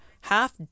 half